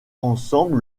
ensemble